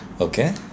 Okay